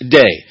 day